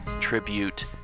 tribute